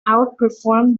outperformed